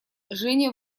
женя